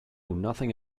nothing